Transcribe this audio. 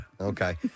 Okay